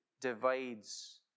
divides